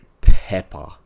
pepper